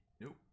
Nope